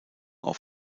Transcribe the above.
auf